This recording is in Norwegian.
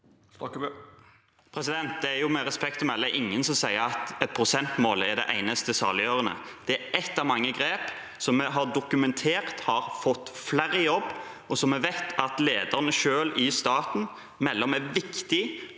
Det er med respekt å melde ingen som sier at et prosentmål er det eneste saliggjørende. Det er ett av mange grep som vi har dokumentert at har fått flere i jobb, og som vi vet at lederne selv i staten melder om er viktig